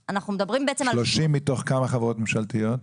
30 מתוך כמה חברות ממשלתיות?